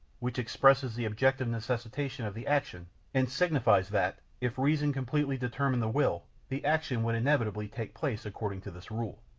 which expresses the objective necessitation of the action and signifies that, if reason completely determined the will, the action would inevitably take place according to this rule.